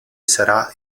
sarà